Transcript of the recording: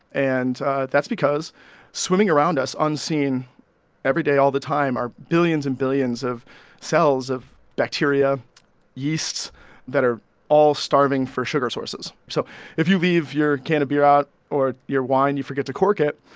and that's because swimming around us unseen every day all the time are billions and billions of cells of bacteria yeasts that are all starving for sugar sources. so if you leave your can of beer out or your wine and you forget to cork it,